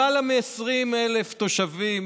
למעלה מ-20,000 תושבים,